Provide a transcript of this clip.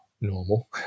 normal